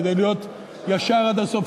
כדי להיות ישר עד הסוף,